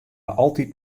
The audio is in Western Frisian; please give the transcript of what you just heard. altyd